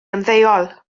ymddeol